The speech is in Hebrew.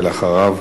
ואחריו,